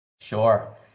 Sure